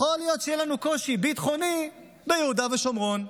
יכול להיות שיהיה לנו קושי ביטחוני ביהודה ושומרון.